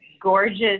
gorgeous